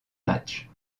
matchs